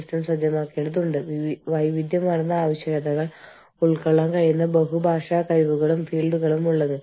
ചില നിയമങ്ങൾ ആ ഭൂമിശാസ്ത്രപരമായ പ്രദേശത്തിന്റെ അതിർത്തിക്കപ്പുറം വ്യാപിക്കുന്നു